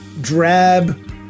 drab